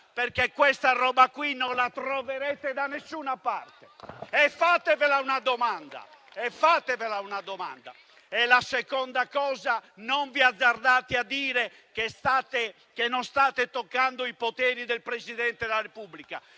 Francia; questa roba qui non la troverete da nessuna parte. E fatevela una domanda. *(Commenti)*. In secondo luogo non vi azzardate a dire che non state toccando i poteri del Presidente della Repubblica